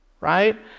right